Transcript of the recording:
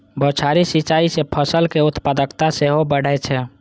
बौछारी सिंचाइ सं फसलक उत्पादकता सेहो बढ़ै छै